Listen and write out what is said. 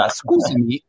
scusami